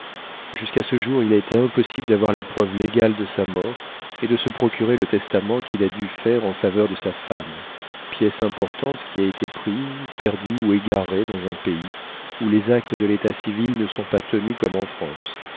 jusqu'à ce jour il a été impossible d'avoir la preuve légale de sa mort et de se procurer le testament qu'il a dû faire en faveur de sa femme pièce importante qui a été prise perdue ou égarée dans un pays où les actes de l'état civil ne sont pas tenus comme en france